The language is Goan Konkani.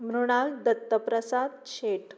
मृणाल दत्तप्रसाद शेट